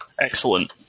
Excellent